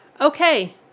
okay